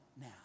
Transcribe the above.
now